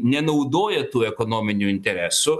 nenaudoja tų ekonominių interesų